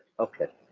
okay.